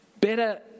better